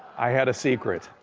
i had a secret.